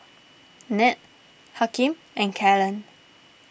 Ned Hakeem and Kalen